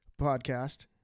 podcast